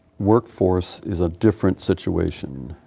work force is a different situation.